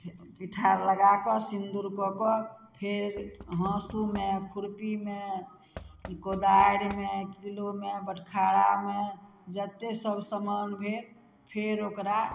पीठार लगा कऽ सिंदूर कऽ कऽ फेर हाँसुमे खुरपीमे कोदारिमे किलोमे बटखारामे जतेक सब समान भेल फेर ओकरा